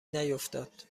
نیفتاد